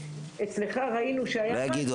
אצלך ראינו שהיה --- הוא לא יגיד,